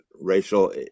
racial